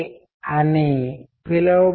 ఒక నిర్దిష్ట కోణంలో సమాధానం చెప్పడం చాలా సులభం